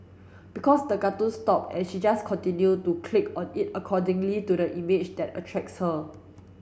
because the cartoon stopped and she just continued to click on it accordingly to the image that attracts her